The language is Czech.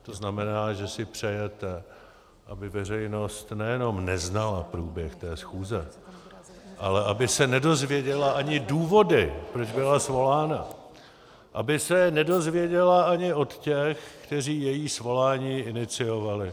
To znamená, že si přejete, aby veřejnost nejenom neznala průběh té schůze, ale aby se nedozvěděla ani důvody, proč byla svolána, aby se nedozvěděla ani od těch, kteří její svolání iniciovali.